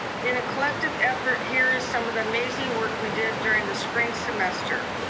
in a collective effort, here are some of the amazing work we did during the spring semester.